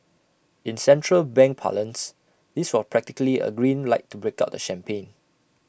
in central bank parlance this was practically A green light to break out the champagne